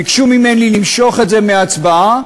ביקשו ממני למשוך את זה מהצבעה,